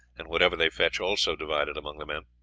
and whatever they fetch also divided among the men.